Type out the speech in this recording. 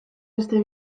beste